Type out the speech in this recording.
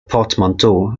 portmanteau